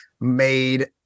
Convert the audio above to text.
made